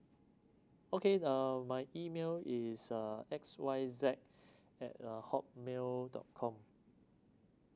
okay uh my email is uh X Y Z at uh hotmail dot com